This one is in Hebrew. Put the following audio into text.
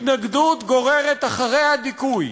התנגדות גוררת אחריה דיכוי,